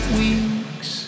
weeks